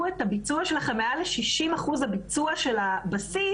את הביצוע שלכם מעל ל-60 אחוז הביצוע של הבסיס,